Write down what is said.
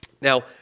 Now